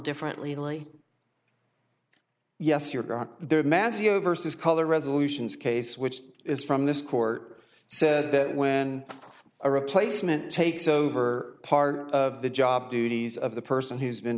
differently yes you're there mazzeo vs color resolutions case which is from this court said that when a replacement takes over part of the job duties of the person who's been